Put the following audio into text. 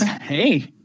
Hey